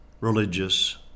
religious